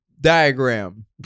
diagram